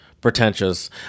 pretentious